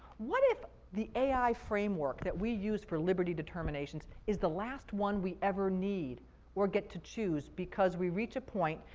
what if the the ai framework that we use for liberty determination is the last one we ever need or get to choose because we reach a point,